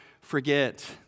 forget